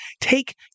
take